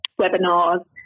webinars